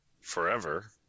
forever